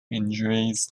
injuries